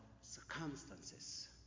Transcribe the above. circumstances